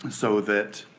so that